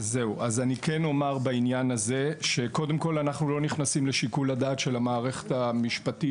אנחנו לא נכנסים לשיקול הדעת של המערכת המשפטית,